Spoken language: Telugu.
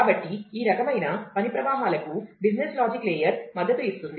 కాబట్టి ఈ రకమైన పని ప్రవాహాలకు బిజినెస్ లాజిక్ లేయర్ మద్దతు ఇస్తుంది